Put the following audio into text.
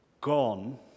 gone